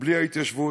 בלי ההתיישבות.